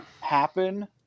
happen